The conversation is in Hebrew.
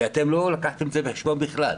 ואתם לא לקחת את זה בחשבון בכלל.